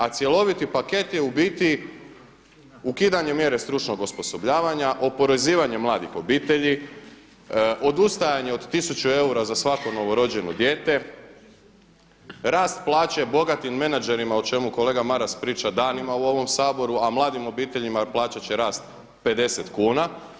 A cjeloviti paket je u biti ukidanje mjere stručnog osposobljavanja, oporezivanje mladih obitelji, odustajanje od 1000 eura za svako novorođeno dijete, rast plaće bogatim menadžerima o čemu kolega Maras priča danima u ovom Saboru a mladim obiteljima plaćat će rast 50 kuna.